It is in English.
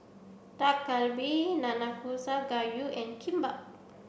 Dak Galbi Nanakusa Gayu and Kimbap